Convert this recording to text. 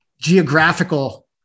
geographical